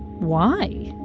why?